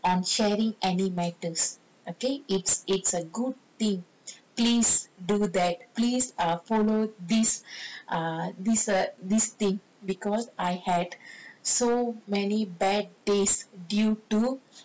on sharing any matters okay it's it's a good thing please do that please err follow this err this err this thing because I had so many bad taste due to